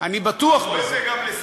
אני בטוח בזה.